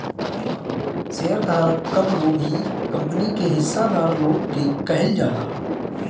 share धारक कवनो भी कंपनी के हिस्सादार लोग के कहल जाला